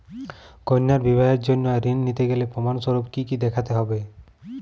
কন্যার বিবাহের জন্য ঋণ নিতে গেলে প্রমাণ স্বরূপ কী কী দেখাতে হবে?